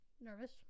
Nervous